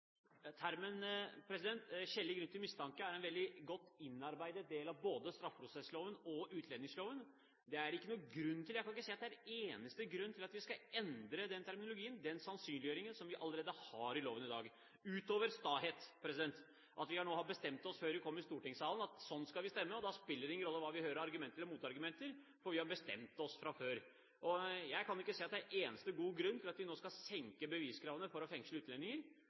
Termen «skjellig grunn til mistanke» er en veldig godt innarbeidet del av både straffeprosessloven og utlendingsloven. Jeg kan ikke se at det er en eneste grunn til at vi skal endre den terminologien, den sannsynliggjøringen, som vi allerede har i loven i dag, utover stahet – at vi nå har bestemt oss før vi kom i stortingssalen for at slik skal vi stemme, og da spiller det ingen rolle hva vi hører av argumenter eller motargumenter, for vi har bestemt oss fra før – til at vi nå skal senke beviskravene for å fengsle utlendinger. Jeg vil nok en gang – som jeg gjorde innledningsvis – appellere til representantenes fornuft og evne til å endre standpunkt. Det å